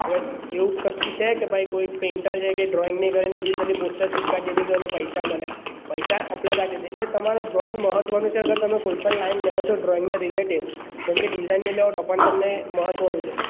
હવે એવું કશું છે કે ભાઈ કોઈ પેઈન્ટર છે કે ડ્રોઈંગ નહીં કરે ને ડિઝિટલી પોસ્ટર ચીપકાવી દીધું તો પૈસા મળે પૈસા અપલાયડ આર્ટિસ્ટ એટલે તમારું ડ્રોઈંગ મહત્ત્વનું છે અગર તમે કોઈ પણ લાઇન લો છો ડ્રોઈંગને રિલેટેડ જેમકે ડિઝાઇનને લો તો પણ તમને મહત્ત્વનું છે